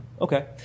Okay